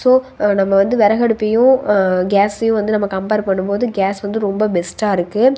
so நம்ம வந்து விறகடுப்பையும் கேஸையும் வந்து நம்ம கம்ப்பேர் பண்ணும் போது கேஸ் வந்து ரொம்ப பெஸ்ட்டாக இருக்குது